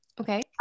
okay